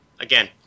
again